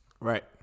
right